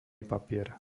papier